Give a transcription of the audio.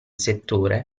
settore